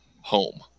home